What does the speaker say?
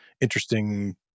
interesting